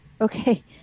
okay